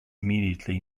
immediately